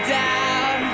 down